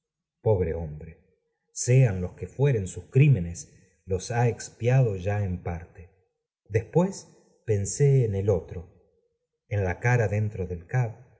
pobre hombre j sean los que fueren sus crímenes los ha expiado ya en parte después pensé en el otro en la cara dentro del